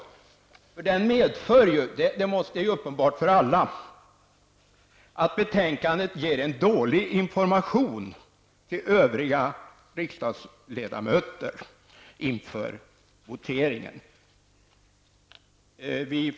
Det är uppenbart för alla att en sådan helomvändning medför att betänkandet ger en dålig information till övriga riksdagsledamöter inför voteringen.